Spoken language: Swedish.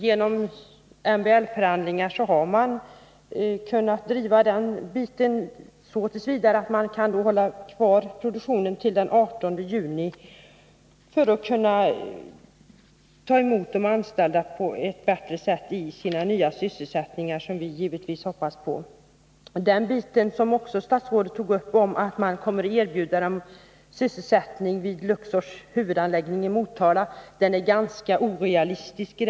Genom MBL-förhandlingar har man kunnat uppnå en förlängning av produktionen till den 18 juni för att underlätta för de anställda att finna en annan elsättning, vilket vi givetvis hoppas att de skall göra. Statsrådets uttalande att man kommer att erbjuda de anställda sysselsättning vid Luxors huvudanläggning i Motala är ganska orealistiskt.